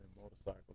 motorcycles